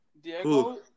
Diego